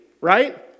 right